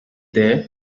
there